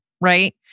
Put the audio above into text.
right